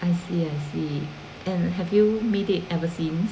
I see I see and have you made it ever since